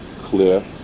clear